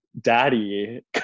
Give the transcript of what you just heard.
daddy